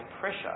pressure